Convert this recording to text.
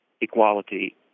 equality